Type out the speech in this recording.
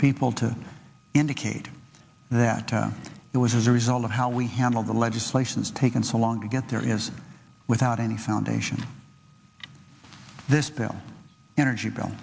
people to indicate that it was a result of how we handled the legislation is taken so long to get there is without any foundation this bill energy